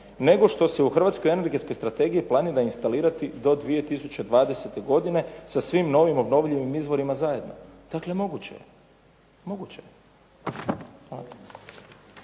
nego što se u hrvatskoj energetskoj strategiji planira instalirati do 2020. godine sa svim novim, obnovljivim izvorima zajedno. Dakle, moguće je.